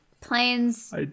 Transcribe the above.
planes